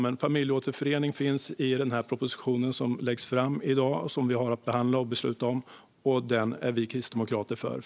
Men familjeåterförening finns i den proposition som har lagts fram och som vi dag har att behandla och besluta om. Den är vi kristdemokrater för.